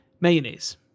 mayonnaise